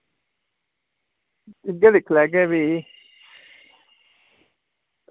इंदा दिक्खी लैगे भी